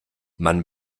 man